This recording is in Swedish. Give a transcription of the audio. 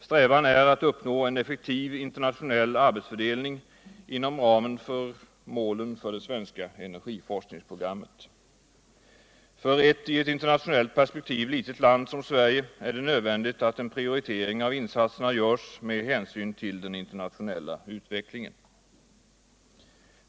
Strävan är att nå en offekuv internationell arbetsfördelning inom ramen för målen för det svenska energiforskningsprogrammet. För ett i ett internationellt perspektiv litet land som Sverige är det nödvändigt att en prioritering av insatserna görs med hänsyn ull den internationella utvecklingen.